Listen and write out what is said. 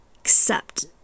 Accept